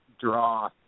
draw